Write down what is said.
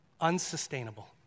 unsustainable